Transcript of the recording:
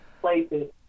places